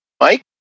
Mike